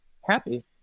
happy